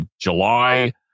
July